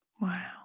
Wow